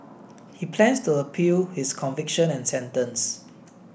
he plans to appeal his conviction and sentence